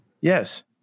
Yes